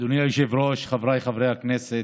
בקריאה ראשונה ותועבר לוועדת החוקה, חוק ומשפט.